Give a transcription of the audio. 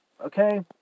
okay